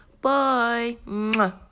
Bye